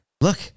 look-